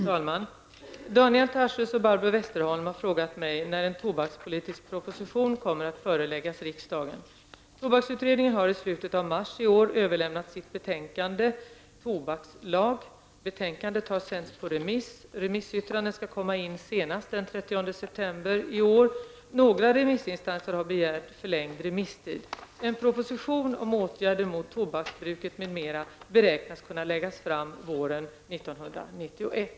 Fru talman! Daniel Tarschys och Barbro Westerholm har frågat mig när en tobakspolitisk proposition kommer att föreläggas riksdagen. september 1990. Några remissinstanser har begärt förlängd remisstid. En proposition om åtgärder mot tobaksbruket m.m. beräknas kunna läggas fram våren 1991.